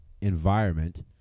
environment